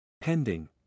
Pending